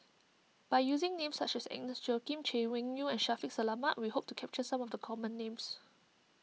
by using names such as Agnes Joaquim Chay Weng Yew and Shaffiq Selamat we hope to capture some of the common names